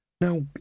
Now